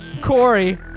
Corey